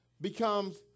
becomes